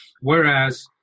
Whereas